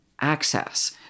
access